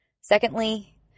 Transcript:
Secondly